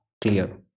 clear